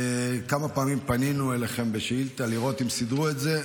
כמה פעמים פנינו אליכם בשאילתה לראות אם סידרו את זה,